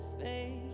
faith